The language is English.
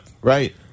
Right